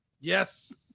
Yes